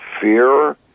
fear